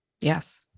Yes